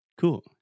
Cool